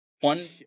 One